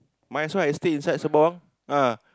might as well I stay inside Sembawang ah